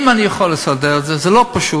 אם אני יכול לסדר את זה, זה לא פשוט,